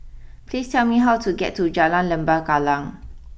please tell me how to get to Jalan Lembah Kallang